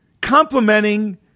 complimenting